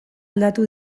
aldatu